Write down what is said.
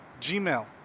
gmail